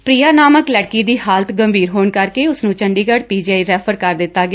ਪਿਆਨਾਮਕ ਲੜਕੀ ਦੀ ਹਾਲਤ ਗੰਭੀਰ ਹੋਣ ਕਰਕੇ ਉਸਨੂੰ ਚੰਡੀਗੜੁ ਪੀਜੀਆਈ ਰੈਫਰ ਕਰ ਦਿੱਤਾ ਗਿਆ